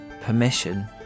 permission